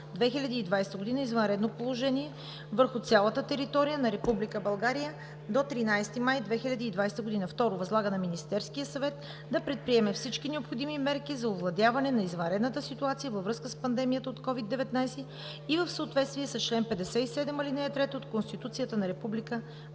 2020 г. извънредно положение върху цялата територия на Република България до 13 май 2020 г. 2. Възлага на Министерския съвет да предприеме всички необходими мерки за овладяване на извънредната ситуация във връзка с пандемията от COVID-19 и в съответствие с чл. 57, ал. 3 от Конституцията на Република